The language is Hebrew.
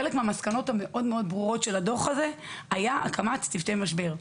חלק מן המסקנות הברורות של הדוח הזה היה הצורך להקמת צוותי משבר.